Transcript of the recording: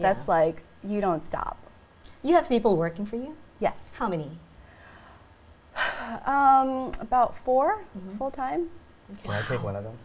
that's like you don't stop you have people working for you yet how many about four full time but one of them